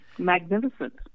magnificent